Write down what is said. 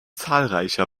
zahlreicher